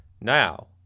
Now